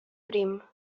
prim